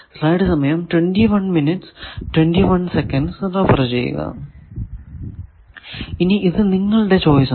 ഇനി ഇത് നിങ്ങളുടെ ചോയ്സ് ആണ്